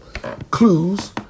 Clues